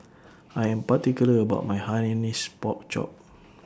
I Am particular about My Hainanese Pork Chop